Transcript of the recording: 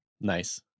Nice